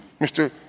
Mr